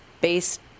based